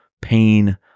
pain